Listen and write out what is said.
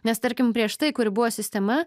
nes tarkim prieš tai kuri buvo sistema